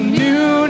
new